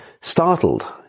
startled